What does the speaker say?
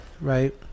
right